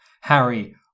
Harry